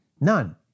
None